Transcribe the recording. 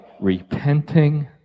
repenting